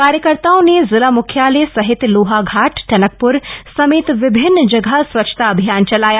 कार्यकर्ताओं ने जिला मुख्यालय सहित लोहाघाट टनकप्र समेत विभिन्न जगह स्वच्छता अभियान चलाया